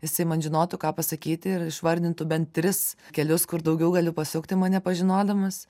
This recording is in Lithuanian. jisai man žinotų ką pasakyti ir išvardintų bent tris kelius kur daugiau gali pasukti mane pažinodamas